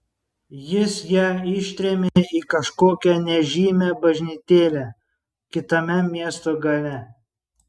jis ją ištrėmė į kažkokią nežymią bažnytėlę kitame miesto gale